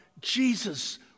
Jesus